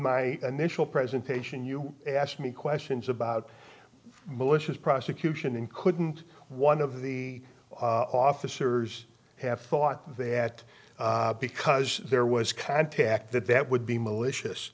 my initial presentation you asked me questions about malicious prosecution and couldn't one of the officers have thought that because there was contact that that would be malicious